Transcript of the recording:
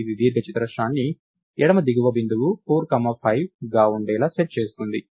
కాబట్టి ఇది దీర్ఘచతురస్రాన్ని ఎడమ దిగువ బిందువు 4 కామా 5గా ఉండేలా సెట్ చేస్తుంది